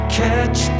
catch